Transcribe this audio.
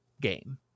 game